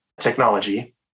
technology